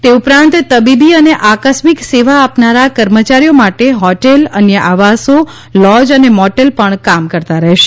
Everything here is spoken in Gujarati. તે ઉપરાંત તબીબી અને આકસ્મિક સેવા આપનારા કર્મચારીઓ માટે હોટેલ અન્ય આવાસો લોજ અને મોટેલ પણ કામ કરતા રહેશે